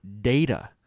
data